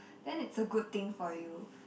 then it's a good thing for you